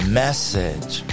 message